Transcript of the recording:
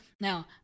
Now